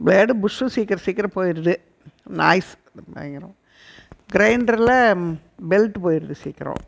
blade புஷ்ஷும் சீக்கிரம் சீக்கிரம் போயிடுது நாய்ஸ் பயங்கரம் கிரைண்டர்ல பெல்ட்டு போயிடுது சீக்கிரம்